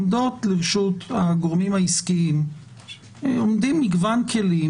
לרשות הגורמים העסקיים עומדים מגוון כלים